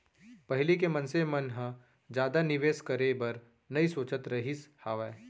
पहिली के मनसे मन ह जादा निवेस करे बर नइ सोचत रहिस हावय